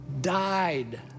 died